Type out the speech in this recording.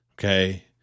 Okay